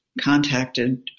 contacted